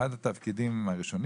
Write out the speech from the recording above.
אחד מתפקידיו הראשונים